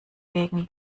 gegen